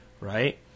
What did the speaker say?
right